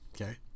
Okay